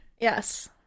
Yes